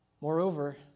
Moreover